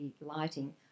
lighting